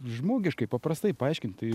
žmogiškai paprastai paaiškint tai